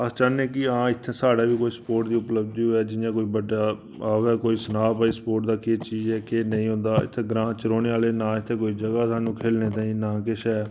अस चाहन्ने आं कि हां साढ़े इत्थें बी स्पोर्ट दी उपलब्धि होऐ जियां कोई बड्डा आवै कोई सनाऽ भई स्पोर्ट केह् चीज़ ऐ केह् नेईं होंदा इत्थें ग्रांऽ च रौह्ने आह्ले ना इत्थें कोई जगह खेलने ताईं ना किश ऐ